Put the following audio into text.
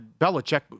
Belichick